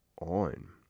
on